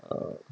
err